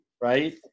right